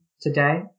today